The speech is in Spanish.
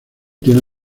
tiene